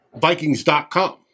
Vikings.com